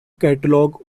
catalogue